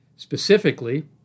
Specifically